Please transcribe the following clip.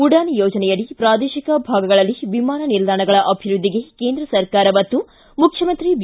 ಉಡಾನ್ ಯೋಜನೆಯಡಿ ಪ್ರಾದೇಶಿಕ ಭಾಗಗಳಲ್ಲಿ ವಿಮಾನ ನಿಲ್ದಾಣಗಳ ಅಭಿವ್ವದ್ದಿಗೆ ಕೇಂದ್ರ ಸರ್ಕಾರ ಒತ್ತು ಮುಖ್ಚಮಂತ್ರಿ ಬಿ